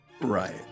right